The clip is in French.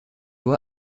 loi